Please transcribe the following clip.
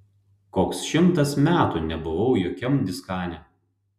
koks šimtas metų nebuvau jokiam diskane